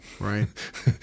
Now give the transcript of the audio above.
Right